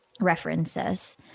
references